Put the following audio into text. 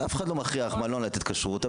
אף אחד לא מכריח מלון לתת כשרות,